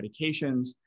medications